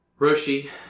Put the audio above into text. Roshi